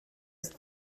ist